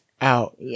Out